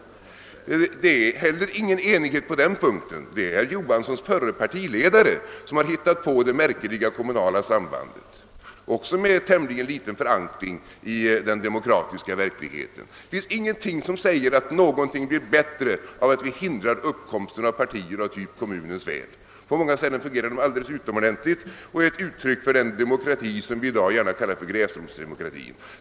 Det råder heller ingen enighet på den punkten. Det är herr Johanssons förre partiledare som hittat på det märkliga kommunala sambandet, också med tämligen liten förankring i den demokratiska verkligheten. Det finns ingenting som säger att någonting blir bättre av att vi hindrar uppkomsten av partier av typ »Kommunens väl». På många ställen fungerar dessa utomordentligt bra och är ett uttryck för den demokrati som man i dag gärna kallar gräsrotsdemokrati.